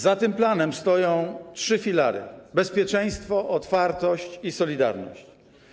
Za tym planem stoją trzy filary: bezpieczeństwo, otwartość i solidarność.